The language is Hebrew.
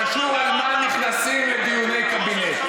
קשור, על מה נכנסים לדיוני קבינט.